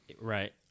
Right